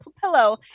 pillow